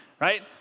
right